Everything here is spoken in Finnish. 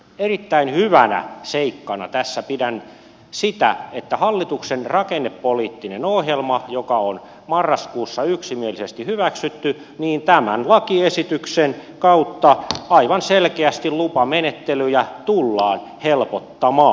erittäin hyvänä seikkana tässä pidän sitä koskien hallituksen rakennepoliittista ohjelmaa joka on marraskuussa yksimielisesti hyväksytty että tämän lakiesityksen kautta aivan selkeästi lupamenettelyjä tullaan helpottamaan